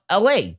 LA